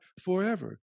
forever